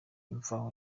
imvaho